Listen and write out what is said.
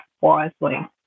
wisely